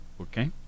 okay